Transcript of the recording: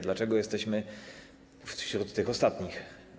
Dlaczego jesteśmy wśród tych ostatnich?